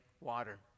water